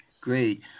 Great